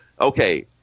Okay